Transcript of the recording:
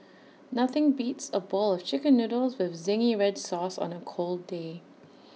nothing beats A bowl of Chicken Noodles with Zingy Red Sauce on A cold day